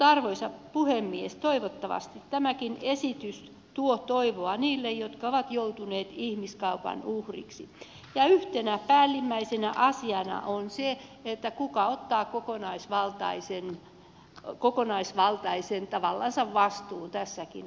arvoisa puhemies toivottavasti tämäkin esitys tuo toivoa niille jotka ovat joutuneet ihmiskaupan uhriksi ja yhtenä päällimmäisenä asiana on se kuka ottaa tavallansa kokonaisvaltaisen vastuun tässäkin asiassa